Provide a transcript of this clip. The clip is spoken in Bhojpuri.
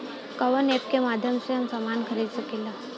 कवना ऐपके माध्यम से हम समान खरीद सकीला?